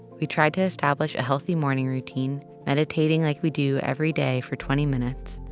we tried to establish a healthy morning routine, meditating like we do everyday for twenty minutes,